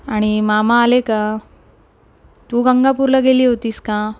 आणि मामा आले का तू गंगापूरला गेली होतीस का